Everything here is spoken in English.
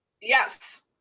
Yes